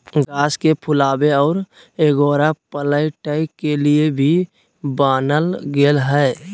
घास के फुलावे और एगोरा पलटय के लिए भी बनाल गेल हइ